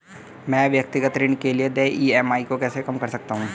मैं व्यक्तिगत ऋण के लिए देय ई.एम.आई को कैसे कम कर सकता हूँ?